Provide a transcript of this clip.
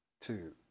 two